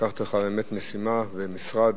לקחת לך באמת משימה ומשרד